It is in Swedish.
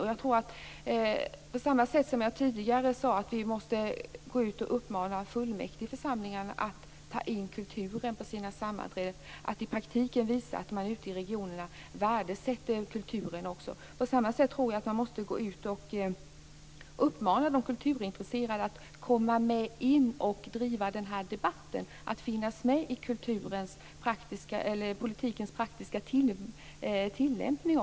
På samma sätt som vi, som jag tidigare sade, måste gå ut och uppmana fullmäktigeförsamlingar att ta in kulturen på sina sammanträden för att i praktiken visa att man ute i regionerna värdesätter kulturen, tror jag att vi måste uppmana de kulturintresserade att komma med in och driva debatten, att finnas med i politikens praktiska tillämpning.